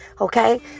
Okay